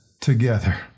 together